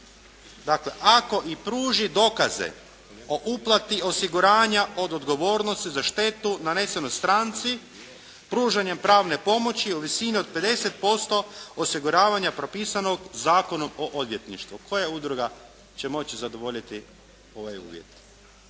Dakle, ako i pruži dokaze o uplati osiguranja od odgovornosti za štetu nanesenu stranci pružanjem pravne pomoći u visini od 50% osiguravanja propisanog Zakonom o odvjetništvu. Koja udruga će moći zadovoljiti ovaj uvjet?